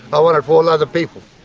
i want it for all other people,